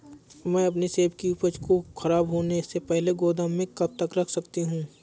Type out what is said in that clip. मैं अपनी सेब की उपज को ख़राब होने से पहले गोदाम में कब तक रख सकती हूँ?